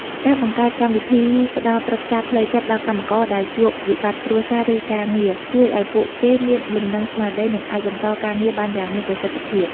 ការបង្កើតកម្មវិធីផ្តល់ប្រឹក្សាផ្លូវចិត្តដល់កម្មករដែលជួបវិបត្តិគ្រួសារ ឬការងារ ជួយឱ្យពួកគេមានលំនឹងស្មារតី និងអាចបន្តការងារបានយ៉ាងមានប្រសិទ្ធភាព។